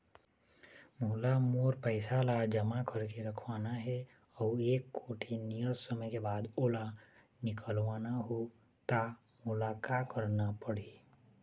मोला मोर पैसा ला जमा करके रखवाना हे अऊ एक कोठी नियत समय के बाद ओला निकलवा हु ता मोला का करना पड़ही?